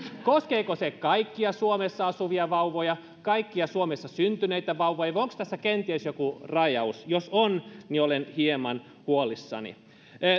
koskeeko se kaikkia suomessa asuvia vauvoja kaikkia suomessa syntyneitä vauvoja vai onko tässä kenties joku rajaus jos on olen hieman huolissani